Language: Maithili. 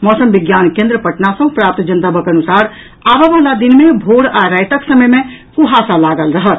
मौसम विज्ञान केंद्र पटना सँ प्राप्त जनतबक अनुसार आबऽवला दिन मे भोर आ रातिक समय मे कुहासा लागल रहत